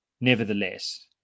nevertheless